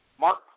Mark